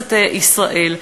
לכנסת ישראל,